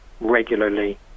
regularly